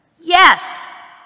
Yes